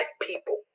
people